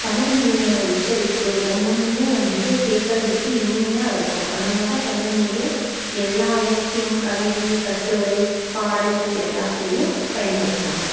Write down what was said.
தமிழ்மொழியோடய உச்சரிப்பு ஒவ்வொன்றுமே வந்து கேட்குறதுக்கு இனிமையாக இருக்கும் அதனால தான் தமிழ்மொழியை எல்லா இலக்கியம் கவிதை கட்டுரை பாடல்கள் எல்லாத்திலையும் பயன்படுத்துறாங்க